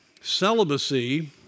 celibacy